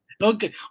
Okay